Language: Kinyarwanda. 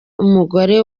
umugore